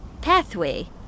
pathway